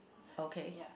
okay